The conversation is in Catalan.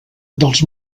dels